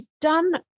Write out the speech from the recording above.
done